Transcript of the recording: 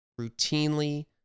routinely